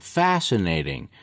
fascinating